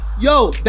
Yo